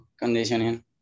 conditioning